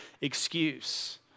excuse